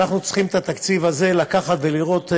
ואנחנו צריכים את התקציב הזה לקחת ולראות,